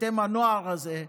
אתם הנוער הזה,